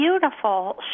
beautiful